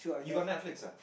you got Netflix ah